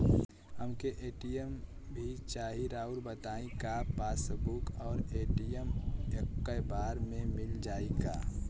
हमके ए.टी.एम भी चाही राउर बताई का पासबुक और ए.टी.एम एके बार में मील जाई का?